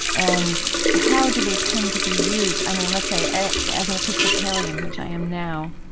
and how do they tend to be used? i mean, let's say, ah, as an episcopalian, which i am now,